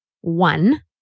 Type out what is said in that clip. one